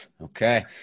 Okay